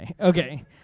okay